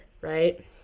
Right